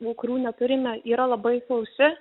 nu kurių neturime yra labai sausi